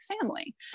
family